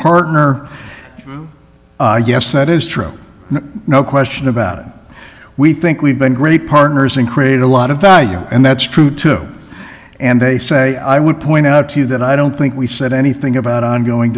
partner yes that is true no question about it we think we've been great partners and create a lot of value and that's true too and they say i would point out to you that i don't think we said anything about ongoing